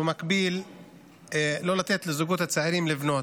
ובמקביל לא לתת לזוגות הצעירים לבנות.